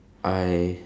I